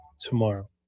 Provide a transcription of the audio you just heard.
tomorrow